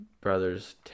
brother's